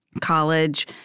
college